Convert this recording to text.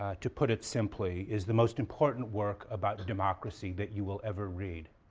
ah to put it simply, is the most important work about democracy that you will ever read.